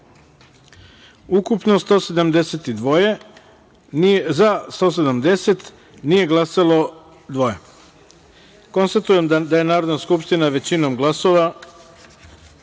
ukupno 172, za – 170, nije glasalo dvoje. Konstatujem da je Narodna skupština većinom glasova